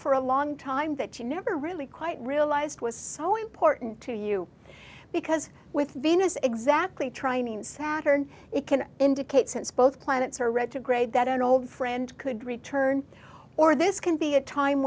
for a long time that you never really quite realized was so important to you because with venus exactly trying saturn it can indicate since both planets are retrograde that an old friend could return or this can be a time